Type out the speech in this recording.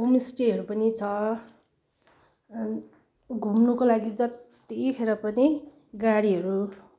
होमस्टेहरू पनि छ घुम्नुको लागि जतिखेर पनि गाडीहरू